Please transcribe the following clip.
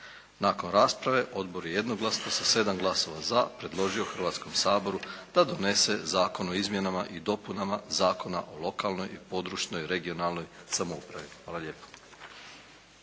Nakon rasprave odbor je jednoglasno sa 7 glasova za predložio Hrvatskom saboru da donese Zakon o izmjenama i dopunama Zakona o lokalnoj i područnoj (regionalnoj) samoupravi. Hvala lijepo.